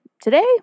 Today